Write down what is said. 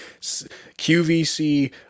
QVC